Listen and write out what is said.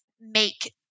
make